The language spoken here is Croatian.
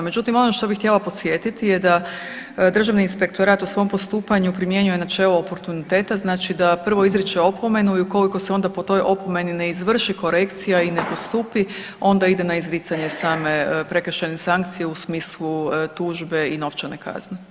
Međutim, ono što bih htjela podsjetiti je da Državni inspektorat u svom postupanju primjenjuje načelo oportuniteta, znači da prvo izriče opomenu i ukoliko se onda po toj opomeni ne izvrši korekcija i ne postupi onda ide na izricanje same prekršajne sankcije u smislu tužbe i novčane kazne.